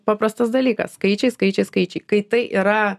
paprastas dalykas skaičiai skaičiai skaičiai kai tai yra